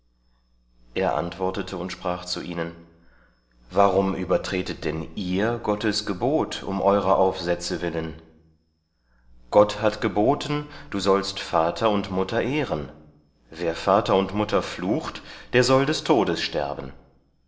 er antwortete und sprach zu ihnen warum übertretet denn ihr gottes gebot um eurer aufsätze willen gott hat geboten du sollst vater und mutter ehren wer vater und mutter flucht der soll des todes sterben